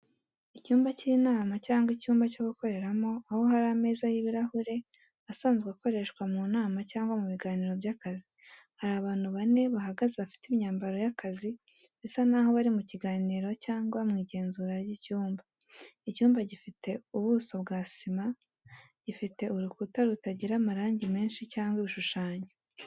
Icyumba cy'inama cyangwa icyumba cyo gukoreramo aho hari ameza y'ibirahure asanzwe akoreshwa mu nama cyangwa mu biganiro by'akazi. Hari abantu bane bahagaze bafite imyambaro y’akazi bisa n'aho bari mu kiganiro cyangwa mu igenzura ry'icyumba. Icyumba gifite ubuso bwa sima gifite urukuta rutagira amarangi menshi cyangwa ibishushanyo.